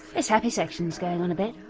this happy section is going on a bit.